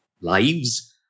lives